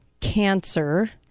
cancer